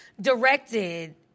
directed